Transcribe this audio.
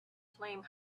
flame